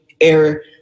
air